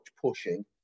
pushing